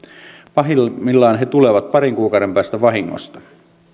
pahimmillaan he tulevat parin kuukauden päästä vahingosta